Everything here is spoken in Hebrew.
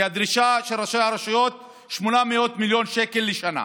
כי הדרישה של ראשי הרשויות היא 800 מיליון שקל לשנה,